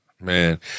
Man